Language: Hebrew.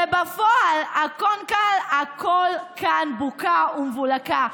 ובפועל הכול כאן בוקה ומבולקה?